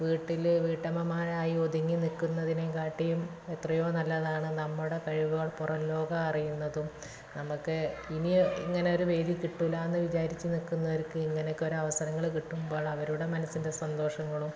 വീട്ടിൽ വീട്ടമ്മമാരായി ഒതുങ്ങി നിൽക്കുന്നതിനേക്കാട്ടിയും എത്രയോ നല്ലതാണ് നമ്മുടെ കഴിവുകൾ പുറംലോകം അറിയുന്നതും നമുക്ക് ഇനി ഇങ്ങനെയൊരു വേദി കിട്ടില്ല എന്ന് വിചാരിച്ച് നിൽക്കുന്നവർക്ക് ഇങ്ങനെയൊക്കെ ഒരു അവസരങ്ങൾ കിട്ടുമ്പോൾ അവരുടെ മനസ്സിൻ്റെ സന്തോഷങ്ങളും